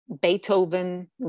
Beethoven